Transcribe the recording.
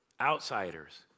outsiders